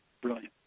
brilliant